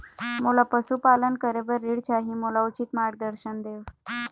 मोला पशुपालन करे बर ऋण चाही, मोला उचित मार्गदर्शन देव?